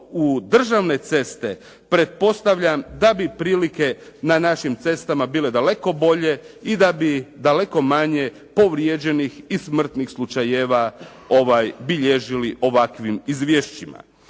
u državne ceste, pretpostavljam da bi prilike na našim cestama bile daleko bolje i da bi daleko manje povrijeđenih i smrtnih slučajeva bilježili u ovakvim izvješćima.